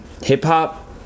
hip-hop